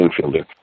infielder